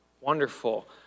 Wonderful